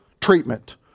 treatment